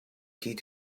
did